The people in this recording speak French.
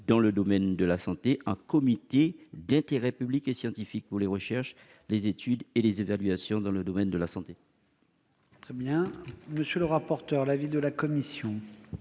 dans le domaine de la santé « comité d'intérêt public et scientifique pour les recherches, les études et les évaluations dans domaine de la santé